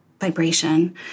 vibration